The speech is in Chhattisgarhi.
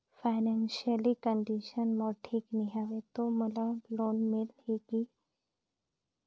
फाइनेंशियल कंडिशन मोर ठीक नी हवे तो मोला लोन मिल ही कौन??